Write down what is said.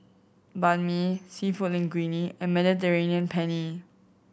Banh Mi Seafood Linguine and Mediterranean Penne